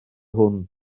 hwn